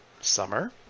Summer